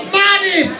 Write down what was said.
money